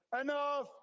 Enough